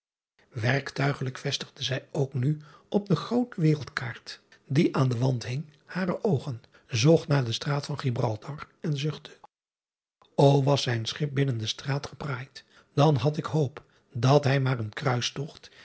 erktuigelijk vestigde zij ook nu op de groote wereld kaart die aan den wand hing bare oogen zocht daar den traat van ibraltar en zuchtte o as zijn schip binnen de traat gepraaid dan had ik hoop dat hij maar een kruistogt